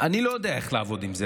אני לא יודע איך לעבוד עם זה.